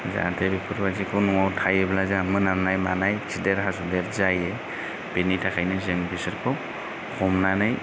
जाहाथे बेफोरबादिखौ न'आव थायोब्ला जा मोनामनाय मानाय खिदेर हासुदेर जायो बेनि थाखायनो जों बिसोरखौ हमनानै